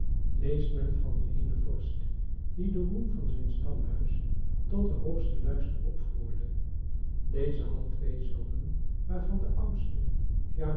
leest men van eenen vorst die den roem van zijn stamhuis tot den hoogsten luister opvoerde deze had twee zonen waarvan de oudste